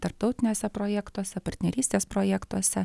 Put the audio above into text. tarptautiniuose projektuose partnerystės projektuose